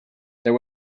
there